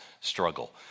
struggle